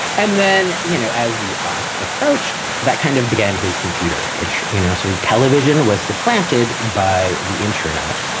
and then, you know, as the aughts approached, that kind of began his computer itch, you know, sort of television was supplanted by the internet.